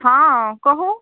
हँ कहु